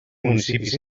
municipis